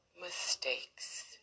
mistakes